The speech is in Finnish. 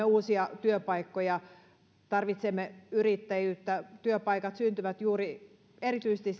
uusia työpaikkoja tarvitsemme yrittäjyyttä työpaikat syntyvät juuri erityisesti